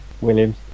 Williams